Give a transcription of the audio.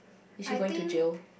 is she going to jail